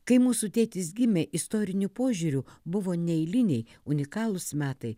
kai mūsų tėtis gimė istoriniu požiūriu buvo neeiliniai unikalūs metai